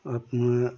আপনার